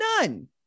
None